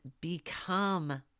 become